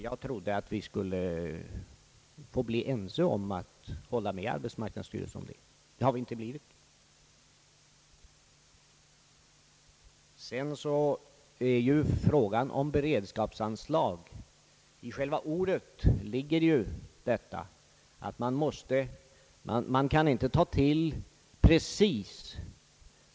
Jag trodde att vi skulle bli ense om att hålla med arbetsmarknadsstyrelsen om det. Det har vi inte blivit. Tyvärr! I fråga om beredskapsarbeten ligger ju i själva ordet att man inte bara kan ange ett belopp som till nöds räcker.